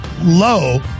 low